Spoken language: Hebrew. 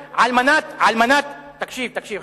תקשיב,